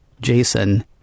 Jason